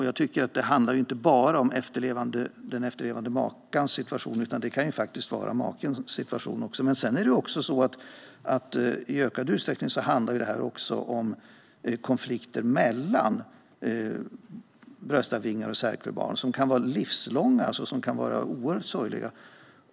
Jag anser att det inte bara handlar om den efterlevande makans situation. Det kan faktiskt gälla makens situation också. Men sedan är det också så att det här i ökad utsträckning handlar om konflikter mellan bröstarvingar och särkullbarn, konflikter som kan vara livslånga och oerhört sorgliga.